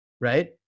right